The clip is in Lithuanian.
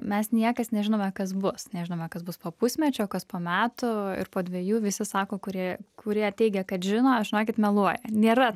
mes niekas nežinome kas bus nežinome kas bus po pusmečio kas po metų ir po dvejų visi sako kurie kurie teigia kad žino žinokit meluoja nėra